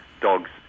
dogs